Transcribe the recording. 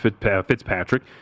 Fitzpatrick